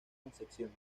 concepción